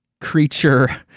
creature